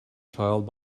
child